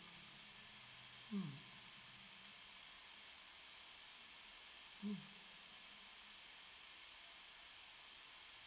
mm mm